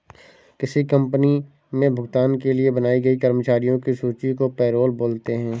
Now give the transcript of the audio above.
किसी कंपनी मे भुगतान के लिए बनाई गई कर्मचारियों की सूची को पैरोल बोलते हैं